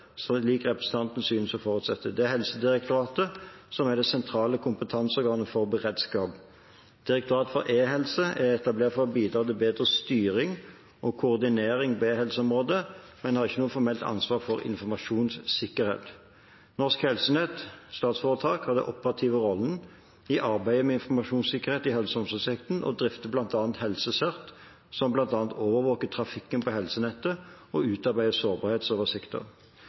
slik representanten synes å forutsette. Det er Helsedirektoratet som er det sentrale kompetanseorganet for beredskap. Direktoratet for e-helse er etablert for å bidra til bedre styring og koordinering på e-helseområdet, men har ikke noe formelt ansvar for informasjonssikkerhet. Norsk Helsenett SF har den operative rollen i arbeidet med informasjonssikkerhet i helse- og omsorgssektoren og drifter bl.a. HelseCERT, som bl.a. overvåker trafikken på helsenettet og utarbeider